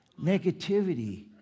Negativity